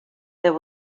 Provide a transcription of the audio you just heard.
there